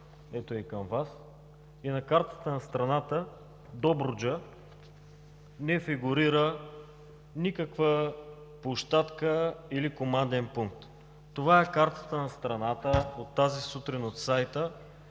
ето я и към Вас, и на картата на страната в Добруджа не фигурира никаква площадка или команден пункт. Това е картата на страната от тази сутрин от сайта